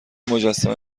مجسمه